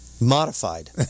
Modified